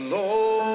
Lord